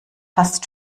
fast